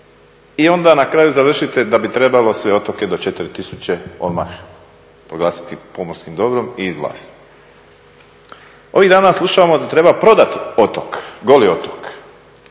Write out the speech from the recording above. i onda na kraju završite da bi trebalo sve otoke do 4000 odmah proglasiti pomorskim dobrom i … Ovih dana slušamo da treba prodati otok, Goli otok,